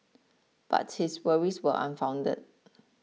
but his worries were unfounded